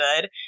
good